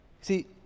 See